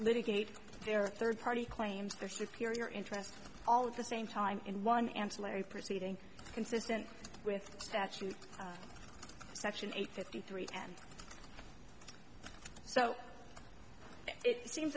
litigate their third party claims their superior interest all of the same time in one ancillary proceeding consistent with statute section eight fifty three and so it seems